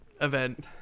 event